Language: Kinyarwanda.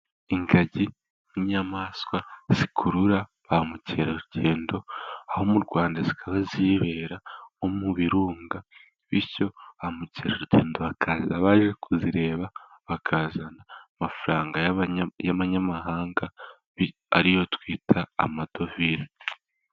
Ingagi ni inyamaswa zikurura ba mukerarugendo aho mu Rwanda zikaba zibera nko mu birunga, bityo ba mukerarugendo bakaza baje kuzireba bakazana amafaranga y'abanyamahanga, ariyo twita amadovize.